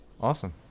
Awesome